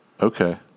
Okay